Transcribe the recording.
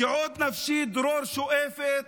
"כי עוד נפשי דרור שואפת,